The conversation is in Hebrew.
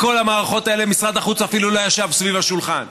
בכל המערכות אלה משרד החוץ אפילו לא ישב סביב השולחן.